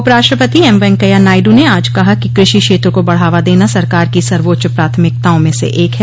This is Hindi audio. उपराष्ट्रपति एम वैंकैया नायडू ने आज कहा कि कृषि क्षेत्र को बढ़ावा देना सरकार की सर्वोच्च प्राथमिकताओं में से एक है